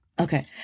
okay